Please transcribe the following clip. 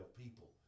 people